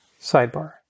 Sidebar